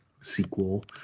sequel